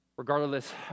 Regardless